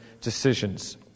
decisions